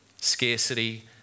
Scarcity